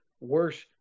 worse